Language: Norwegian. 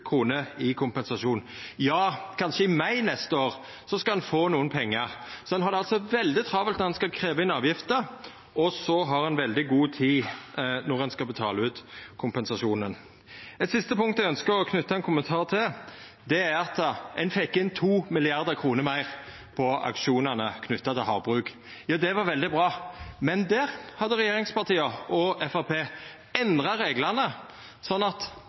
kroner i kompensasjon. Ja, kanskje ein i mai neste år skal få nokre pengar. Ein har det altså veldig travelt når ein skal krevja inn avgifter, og så har ein veldig god tid når ein skal betala ut kompensasjonen. Eit siste punkt eg ønskjer å knyta ein kommentar til, er at ein fekk inn 2 mrd. kr meir på auksjonane knytte til havbruk. Det var veldig bra, men der hadde regjeringspartia og Framstegspartiet endra reglane slik at